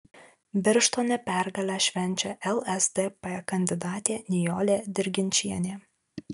birštone pergalę švenčia lsdp kandidatė nijolė dirginčienė